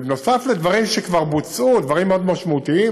ובנוסף לדברים שכבר בוצעו, דברים מאוד משמעותיים,